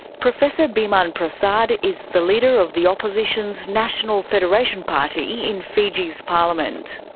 professor biman prasad is the leader of the opposition's national federation party in fiji's parliament.